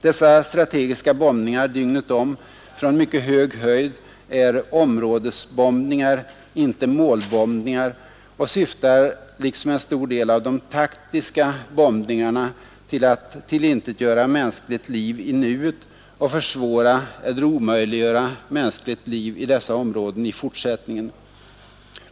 Dessa strategiska bombningar dygnet om från mycket hög höjd är områdesbombningar, inte målbombningar, och syftar liksom en stor del av de s.k. taktiska bombningarna till att omintetgöra mänskligt liv i nuet och försvåra eller omöjliggöra mänskligt liv i dessa områden i fortsättningen.